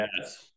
yes